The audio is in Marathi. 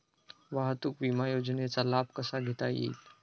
वाहतूक विमा योजनेचा लाभ कसा घेता येईल?